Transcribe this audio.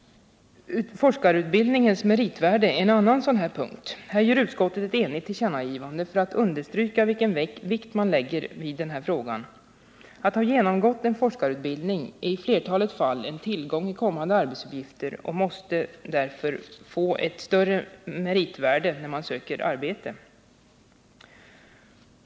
Forskarutbildningens meritvärde är en annan sådan här punkt. Här gör utskottet ett enigt tillkännagivande för att understryka vilken vikt man lägger vid denna fråga. Att ha genomgått en forskarutbildning är i flertalet fall en tillgång i kommande arbetsuppgifter och måste därför få ett större meritvärde när man söker arbete.